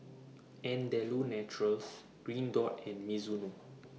Andalou Naturals Green Dot and Mizuno